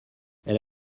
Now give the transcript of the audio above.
elle